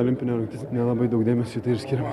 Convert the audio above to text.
olimpinė rungtis nelabai daug dėmesio skyriau